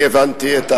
אני הבנתי,